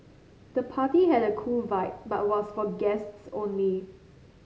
the party had a cool vibe but was for guests only